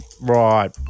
Right